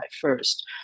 first